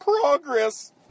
progress